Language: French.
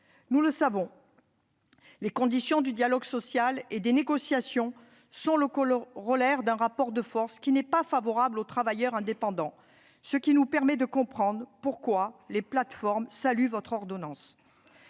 nous le savons, les conditions du dialogue social et des négociations sont le corollaire d'un rapport de force qui n'est pas favorable aux travailleurs indépendants. Cela nous permet de comprendre pourquoi les plateformes saluent votre ordonnance.